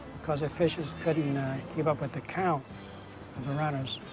because officials couldn't keep up with the count of the runners.